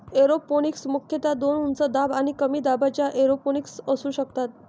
aeroponics मुख्यतः दोन उच्च दाब आणि कमी दाबाच्या एरोपोनिक्स असू शकतात